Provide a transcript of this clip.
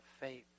faith